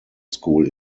school